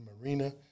marina